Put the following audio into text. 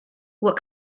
what